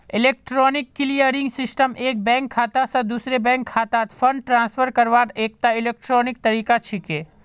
electronic clearing system एक bank खाता स दूसरे बैंक खातात फंड ट्रांसफर करवार एकता इलेक्ट्रॉनिक तरीका छिके